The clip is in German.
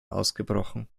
ausgebrochen